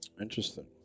Interesting